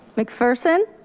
mcpherson.